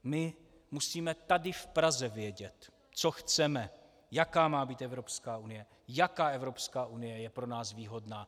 My musíme tady v Praze vědět, co chceme, jaká má být Evropská unie, jaká Evropská unie je pro nás výhodná.